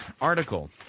article